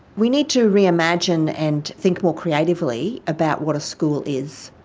we need to reimagine and think more creatively about what a school is.